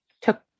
took